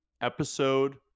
episode